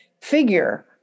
figure